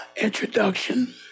introduction